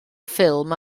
ffilm